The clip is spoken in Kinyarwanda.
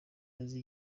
maze